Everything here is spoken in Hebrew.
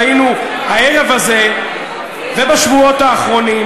זאת הייתה דוגמה קטנה למופע הצביעות שראינו הערב הזה ובשבועות האחרונים,